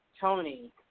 Tony